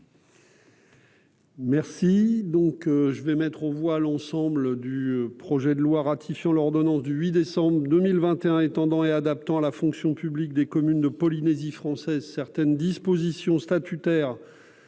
texte de la commission, modifié, l'ensemble du projet de loi ratifiant l'ordonnance n° 2021-1605 du 8 décembre 2021 étendant et adaptant à la fonction publique des communes de Polynésie française certaines dispositions statutaires